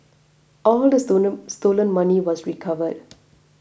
all the stolen stolen money was recovered